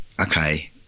okay